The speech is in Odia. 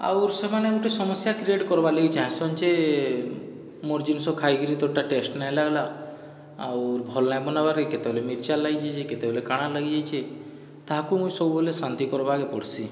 ଆଉର୍ ସେମାନେ ଗୋଟିଏ ସମସ୍ୟା କ୍ରିଏଟ୍ କର୍ବାର୍ ଲାଗି ଚାହଁସନ୍ ଯେ ମୋର୍ ଜିନିଷ ଖାଇକିରି ତ ଏହିଟା ଟେଷ୍ଟ ନାହିଁ ଲାଗ୍ଲା ଆଉର୍ ଭଲ୍ ନାଇ ବନବାରି କେତେବେଳେ ମିର୍ଚା ଲାଗିଯାଇଛି କେତେବେଳେ କାଣା ଲାଗିଯାଇଛି ତାହାକୁ ମୁଇଁ ସବୁବେଲେ ଶାନ୍ତି କର୍ବାକେ ପଡ଼୍ସି